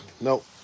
nope